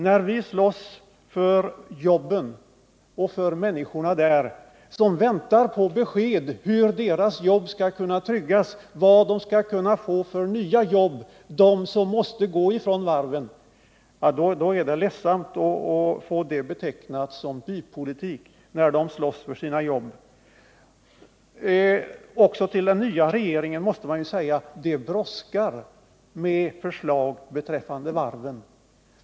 Men vi slåss för jobben och för människorna som väntar på besked om hur deras jobb skall kunna tryggas eller vad de skall kunna få för nya jobb, om de måste gå från varven. Då är det ledsamt att få detta betecknat som bypolitik. Till den nya regeringen måste man säga att det brådskar med förslag beträffande varven.